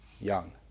young